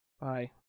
Bye